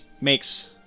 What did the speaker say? Makes